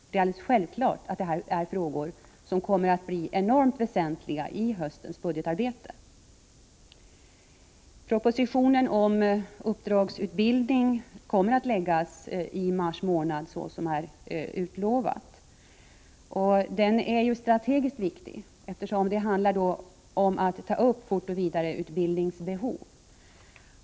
Det är alldeles självklart att teknikutbildningen är en fråga som kommer att bli enormt väsentlig i höstens budgetarbete. Propositionen om uppdragsutbildning kommer att läggas fram i mars, såsom utlovats. Den är ju strategiskt viktig, eftersom det handlar om behovet av fortbildning och vidareutbildning.